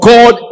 God